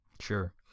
Sure